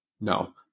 No